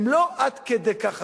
הם לא עד כדי כך אטומים,